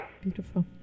Beautiful